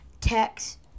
text